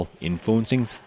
influencing